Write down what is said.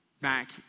back